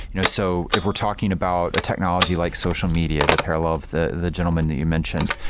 you know so if we're talking about a technology like social media, the parallel of the the gentleman that you mentioned,